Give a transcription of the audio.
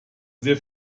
sehr